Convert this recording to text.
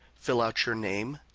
fill out your name,